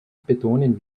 betonen